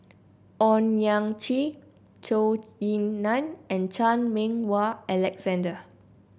Owyang Chi Zhou Ying Nan and Chan Meng Wah Alexander